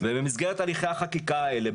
במסגרת הליכי החקיקה האלה,